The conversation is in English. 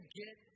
get